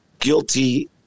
guilty